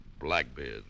Blackbeard